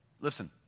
Listen